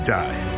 die